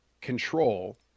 control